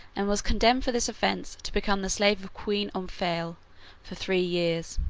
and was condemned for this offence to become the slave of queen omphale for three years.